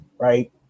right